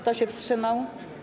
Kto się wstrzymał?